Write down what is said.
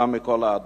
החכם מכל אדם: